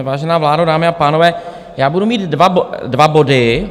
Vážená vládo, dámy a pánové, já budu mít dva body.